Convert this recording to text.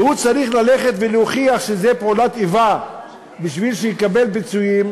והוא צריך ללכת ולהוכיח שזו פעולת איבה בשביל שיקבל פיצויים.